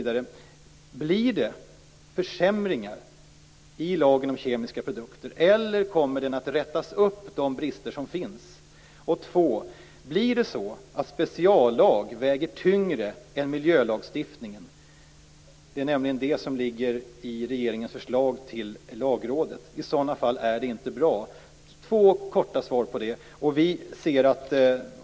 Blir det försämringar i lagen om kemiska produkter, eller kommer de brister som finns att rättas till? Kommer speciallag att väga tyngre än miljölagstiftning? Det ligger nämligen i regeringens förslag till lagrådet. I sådana fall är det inte bra. Jag vill ha två korta svar på de här frågorna.